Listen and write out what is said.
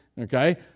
Okay